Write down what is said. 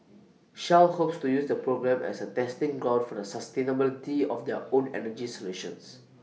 shell hopes to use the program as A testing ground for the sustainability of their own energy solutions